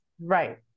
Right